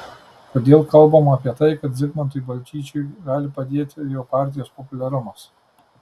kodėl kalbama apie tai kad zigmantui balčyčiui gali padėti jo partijos populiarumas